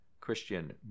Christian